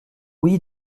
oui